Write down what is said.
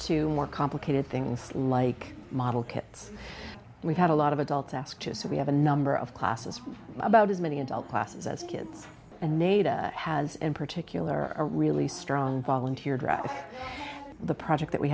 to more complicated things like model kits and we've had a lot of adults ask too so we have a number of classes about as many adult classes as kids and neda has in particular a really strong volunteer drive the project that we